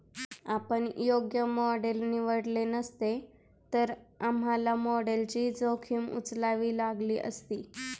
आपण योग्य मॉडेल निवडले नसते, तर आम्हाला मॉडेलची जोखीम उचलावी लागली असती